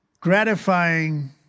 gratifying